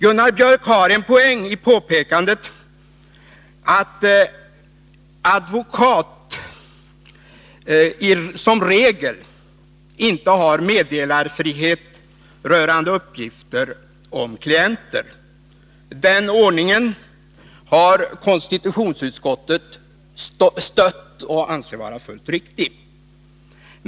Gunnar Biörck tar en poäng i påpekandet att advokat såsom regel inte har meddelarfrihet rörande uppgifter om klienter. Den ordningen har konstitutionsutskottet stött och ansett vara fullt riktig.